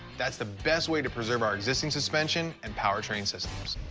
that's the best way to preserve our existing suspension and powertrain systems.